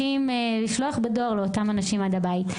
לשלוח בדואר לאותם אנשים עד הבית.